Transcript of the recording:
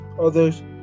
others